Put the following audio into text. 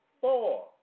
four